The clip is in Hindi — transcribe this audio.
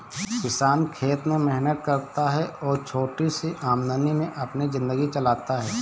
किसान खेत में मेहनत करता है और छोटी सी आमदनी में अपनी जिंदगी चलाता है